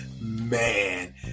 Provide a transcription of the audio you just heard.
Man